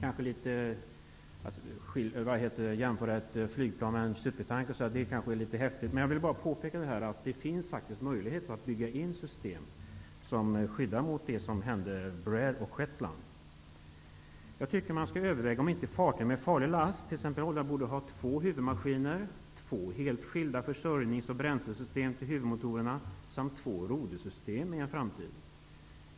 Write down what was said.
Att jämföra ett flygplan och en supertanker är kanske litet häftigt, men jag vill bara påpeka att det faktiskt finns möjlighet att bygga in system som skyddar mot det som hände Braer utanför Shetlandsöarna. Jag tycker att man skall överväga om ett fartyg med farlig last, t.ex. olja, i en framtid borde ha två huvudmaskiner, två helt skilda försörjnings och bränslesystem till huvudmotorerna samt två rodersystem.